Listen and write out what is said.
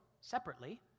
separately